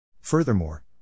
Furthermore